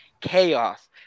Chaos